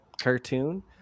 cartoon